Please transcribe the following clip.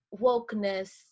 wokeness